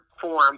form